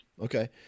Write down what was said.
Okay